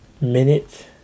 minutes